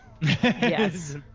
Yes